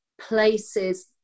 places